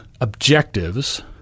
objectives